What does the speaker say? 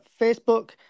Facebook